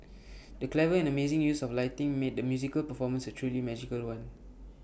the clever and amazing use of lighting made the musical performance A truly magical one